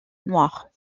noire